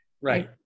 Right